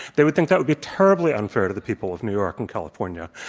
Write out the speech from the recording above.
they would think that would be terribly unfair to the people of new york and california.